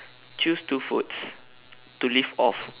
choose two foods to live off